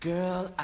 Girl